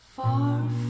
Far